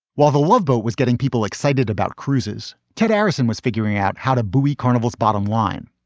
while the love boat was getting people excited about cruises, ted arison was figuring out how to boogie carnival's bottom line.